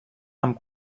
amb